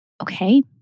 Okay